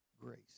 grace